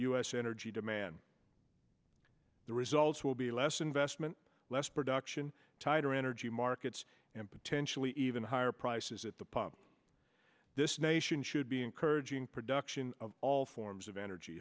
s energy demand the results will be less investment less production tighter energy markets and potentially even higher prices at the pump this nation should be encouraging production of all forms of energy